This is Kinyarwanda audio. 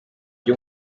byo